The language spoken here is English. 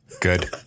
Good